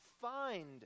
find